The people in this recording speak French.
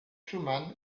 schumann